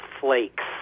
flakes